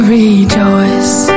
rejoice